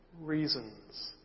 reasons